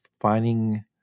finding